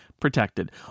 protected